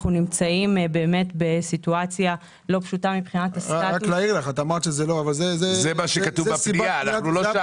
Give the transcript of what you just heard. אנחנו נמצאים במצב לא פשוט- -- את לא יכול